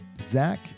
Zach